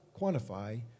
quantify